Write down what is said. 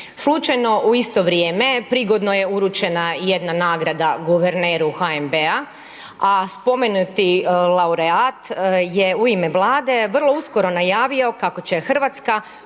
Slučajno u isto vrijeme prigodno je uručena i jedna nagrada guverneru HNB-a a spomenuti laureat je u me Vlade vrlo uskoro najavio kako će Hrvatska